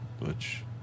Butch